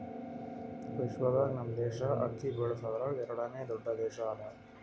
ವಿಶ್ವದಾಗ್ ನಮ್ ದೇಶ ಅಕ್ಕಿ ಬೆಳಸದ್ರಾಗ್ ಎರಡನೇ ದೊಡ್ಡ ದೇಶ ಅದಾ